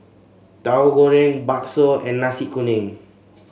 Tahu Goreng bakso and Nasi Kuning